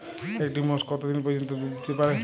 একটি মোষ কত দিন পর্যন্ত দুধ দিতে পারে?